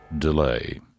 delay